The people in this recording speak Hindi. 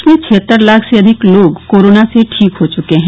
देश में छिहत्तर लाख से अधिक लोग कोरोना से ठीक हो चुके हैं